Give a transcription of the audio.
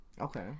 Okay